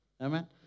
Amen